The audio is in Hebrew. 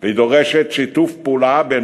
היא דיפלומטיה של